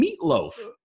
meatloaf